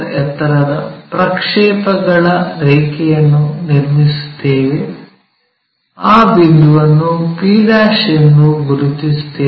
ಎತ್ತರದ ಪ್ರಕ್ಷೇಪಗಳ ರೇಖೆಯನ್ನು ನಿರ್ಮಿಸುತ್ತೇವೆ ಆ ಬಿಂದುವನ್ನು p ಎಂದು ಗುರುತಿಸುತ್ತೇವೆ